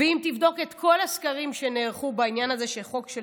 ואם תבדוק את כל סקרים שנערכו בעניין הזה של החוק של